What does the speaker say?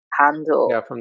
handle